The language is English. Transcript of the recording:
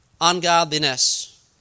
ungodliness